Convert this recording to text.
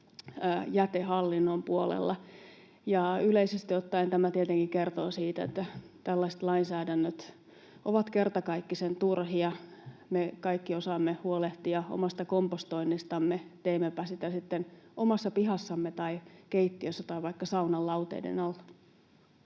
jätehallinnon puolella. Yleisesti ottaen tämä tietenkin kertoo siitä, että tällaiset lainsäädännöt ovat kertakaikkisen turhia. Me kaikki osaamme huolehtia omasta kompostoinnistamme, teimmepä sitä sitten omassa pihassamme tai keittiössämme tai vaikka saunan lauteiden alla.